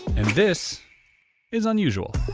and this is unusual,